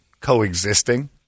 coexisting